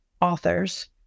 authors